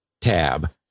tab